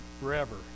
forever